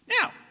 Now